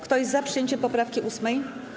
Kto jest za przyjęciem poprawki 8.